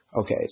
okay